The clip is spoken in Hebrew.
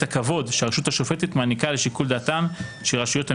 הכבוד שהרשות השופטת מעניקה לשיקול דעתן של רשויות המינהל,